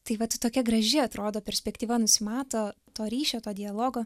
tai vat tokia graži atrodo perspektyva nusimato to ryšio to dialogo